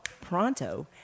pronto